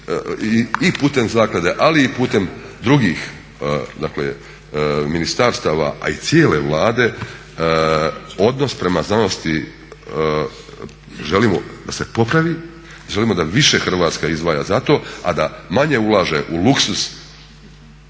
i putem zaklade ali i putem drugih, dakle ministarstava a i cijele Vlade odnos prema znanosti želimo da se popravi i želimo da više Hrvatska izdvaja za to a da manje ulaže u luksuz